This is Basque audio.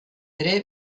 ere